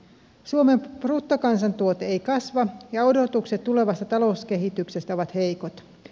suomen bruttokansantuote ei kasva ja odotukset tulevasta talouskehityksestä ovat heikot